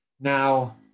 Now